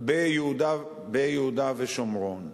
ביהודה ושומרון.